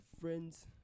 friends